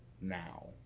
now